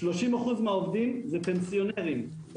30% מהעובדים שלי הם פנסיונרים,